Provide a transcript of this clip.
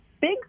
big